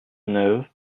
neuve